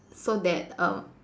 so that uh